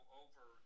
over